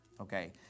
okay